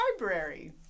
library